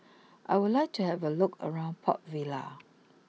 I would like to have a look around Port Vila